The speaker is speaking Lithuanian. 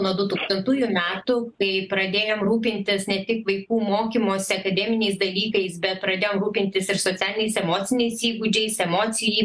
nuo du tūkstantųjų metų kai pradėjom rūpintis ne tik vaikų mokymosi akademiniais dalykais bet pradėjom rūpintis ir socialiniais emociniais įgūdžiais emocijai